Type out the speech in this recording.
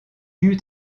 eut